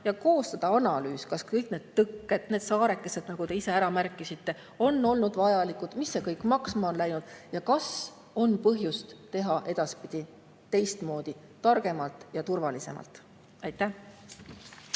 ja koostada analüüs, kas kõik need tõkked, need saarekesed, nagu te ise ära märkisite, on olnud vajalikud, mis see kõik maksma on läinud ja kas on põhjust teha edaspidi teistmoodi, targemalt ja turvalisemalt? Aitäh!